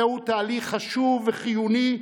זהו תהליך חשוב וחיוני,